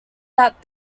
that